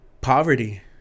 poverty